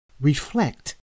reflect